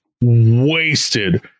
wasted